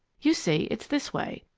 you see, it's this way.